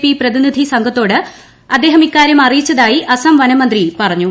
P പ്രതിനിധി സംഘ ത്തോട് അദ്ദേഹം ഇക്കാര്യം അറിയിച്ചതായി അസം വന മന്ത്രി പറഞ്ഞു